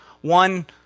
One